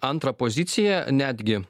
antrą poziciją netgi